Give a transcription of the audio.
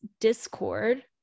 discord